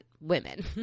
women